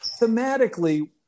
Thematically